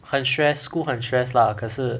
很 stress school 很 stress lah 可是